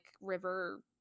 river